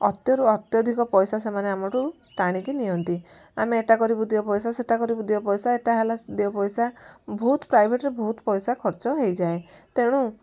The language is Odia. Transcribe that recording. ଅତ୍ୟରୁ ଅତ୍ୟଧିକ ପଇସା ସେମାନେ ଆମଠୁ ଟାଣିକି ନିଅନ୍ତି ଆମେ ଏଇଟା କରିବୁ ଦିଅ ପଇସା ସେଇଟା କରିବୁ ଦିଅ ପଇସା ଏଇଟା ହେଲା ଦିଅ ପଇସା ବହୁତ ପ୍ରାଇଭେଟରେ ବହୁତ ପଇସା ଖର୍ଚ୍ଚ ହେଇଯାଏ ତେଣୁ